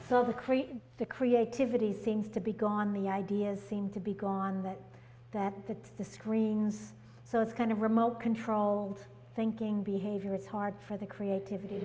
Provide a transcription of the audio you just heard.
create the creativity seems to be gone the ideas seem to be gone that that that the screens so it's kind of remote controlled thinking behavior it's hard for the creativity